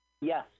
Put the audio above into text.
Yes